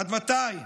עד מתי?